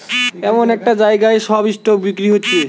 এমন একটা জাগায় সব স্টক বিক্রি হচ্ছে